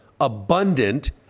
abundant